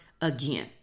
again